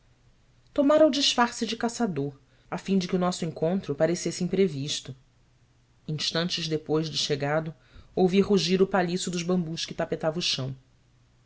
o disfarce de caçador a fim de que o nosso encontro parecesse imprevisto instantes depois de chegado ouvi rugir o palhiço dos bambus que tapetava o chão